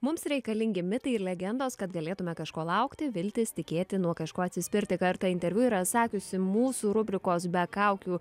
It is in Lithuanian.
mums reikalingi mitai ir legendos kad galėtume kažko laukti viltis tikėti nuo kažko atsispirti kartą interviu yra sakiusi mūsų rubrikos be kaukių